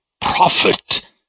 prophet